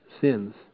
sins